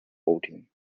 voting